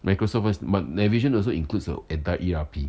microsoft wise but Navision also includes their entire E_R_P